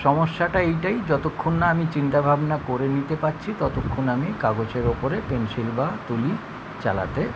সমস্যাটা এইটাই যতোক্ষণ না আমি চিন্তা ভাবনা করে নিতে পারছি ততক্ষণ আমি কাগজের ওপরে পেনসিল বা তুলি চালাতে